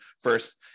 first